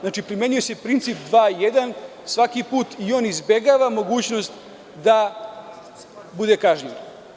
Znači, primenjuje se princip 2 - 1 svaki put i on izbegava mogućnost da bude kažnjen.